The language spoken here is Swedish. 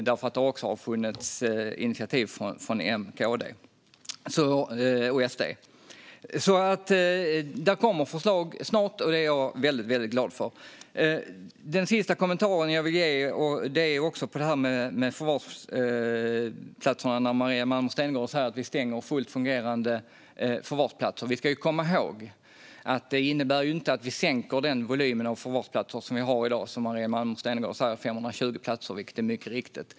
Det har också funnits initiativ från M, KD och SD. Det kommer snart förslag. Det är jag väldigt glad för. Den sista kommentaren jag vill ge gäller förvarsplatserna. Maria Malmer Stenergard säger att vi stänger fullt fungerande förvarsplatser. Vi ska komma ihåg att det inte innebär att vi sänker den volym av förvarsplatser som vi har i dag som mycket riktigt är 520 platser, som Maria Malmer Stenergard säger.